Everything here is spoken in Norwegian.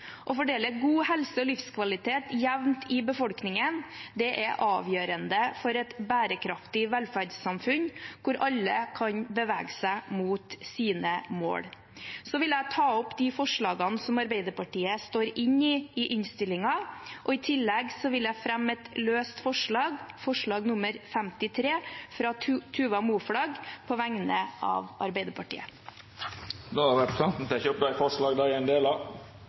Å fordele god helse og livskvalitet jevnt i befolkningen er avgjørende for et bærekraftig velferdssamfunn hvor alle kan bevege seg mot sine mål. Jeg vil ta opp de forslagene Arbeiderpartiet er med på i innstillingen, og i tillegg vil jeg fremme forslag nr. 53, fra Tuva Moflag på vegne av Arbeiderpartiet. Då har representanten Ingvild Kjerkol teke opp